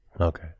Okay